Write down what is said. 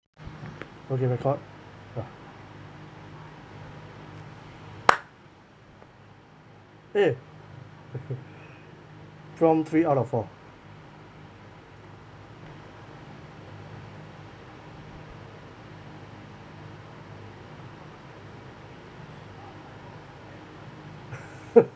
okay record ah eh okay prompt three out of four